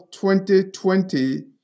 2020